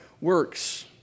works